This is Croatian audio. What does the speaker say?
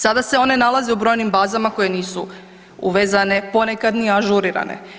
Sada je nalaze u brojnim bazama koje nisu uvezane, ponekad ni ažurirane.